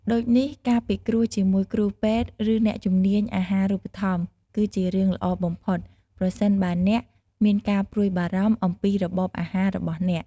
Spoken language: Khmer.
ដូចនេះ ការពិគ្រោះជាមួយគ្រូពេទ្យ ឬអ្នកជំនាញអាហារូបត្ថម្ភគឺជារឿងល្អបំផុត ប្រសិនបើអ្នកមានការព្រួយបារម្ភអំពីរបបអាហាររបស់អ្នក។